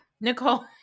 Nicole